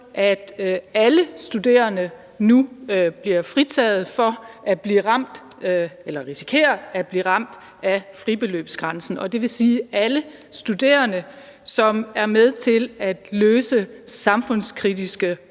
at alle studerende nu bliver fritaget for at risikere at blive ramt af fribeløbsgrænsen. Det vil sige, at alle studerende, som er med til at løse samfundskritiske